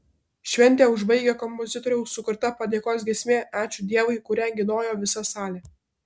šventę užbaigė kompozitoriaus sukurta padėkos giesmė ačiū dievui kurią giedojo visa salė